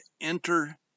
enter